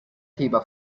thema